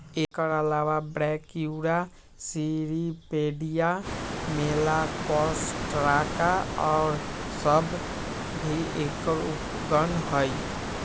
एकर अलावा Brachyura, Cirripedia, Malacostraca और सब भी एकर उपगण हई